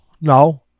no